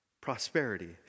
prosperity